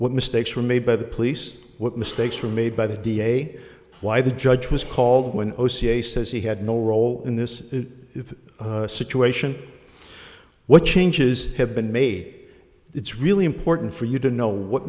what mistakes were made by the police what mistakes were made by the d a why the judge was called when o c a says he had no role in this situation what changes have been made it's really important for you to know what